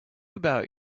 about